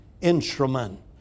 instrument